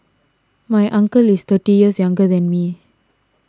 my uncle is thirty years younger than me